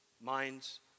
Minds